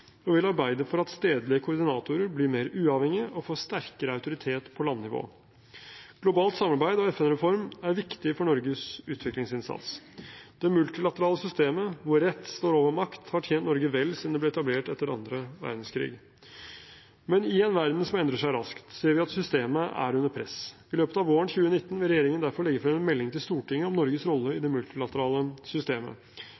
og vi vil arbeide for at stedlige koordinatorer blir mer uavhengige og får sterkere autoritet på landnivå. Globalt samarbeid og FN-reform er viktig for Norges utviklingsinnsats. Det multilaterale systemet, hvor rett står over makt, har tjent Norge vel siden det ble etablert etter annen verdenskrig. Men i en verden som endrer seg raskt, ser vi at systemet er under press. I løpet av våren 2019 vil regjeringen derfor legge frem en melding til Stortinget om Norges rolle i